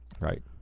Right